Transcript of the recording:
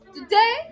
today